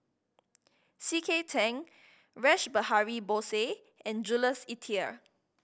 C K Tang Rash Behari Bose and Jules Itier